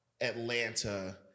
Atlanta